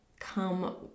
come